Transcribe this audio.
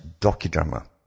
docudrama